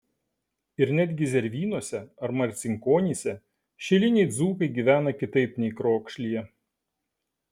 ir netgi zervynose ar marcinkonyse šiliniai dzūkai gyvena kitaip nei krokšlyje